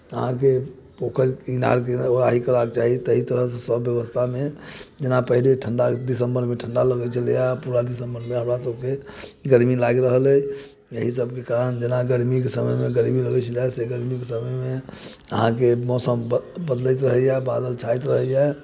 अहाँके पोखरि की नहरके उड़ाही करेबाक चाही ताहि तरहक सभ व्यवस्थामे जेना पहिले ठंडा दिसम्बरमे ठंडा लगैत छलैए आब पूरा दिसम्बर बाप बाप कऽ के गरमी लागि रहल अइ एहीसभके कारण जेना गरमीके समयमे गरमी लगैत छलए से गरमीके समयमे अहाँके मौसम ब बदलैत रहैए बादल छाइत रहैए